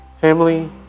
family